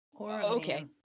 Okay